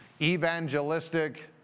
evangelistic